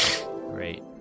Great